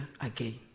again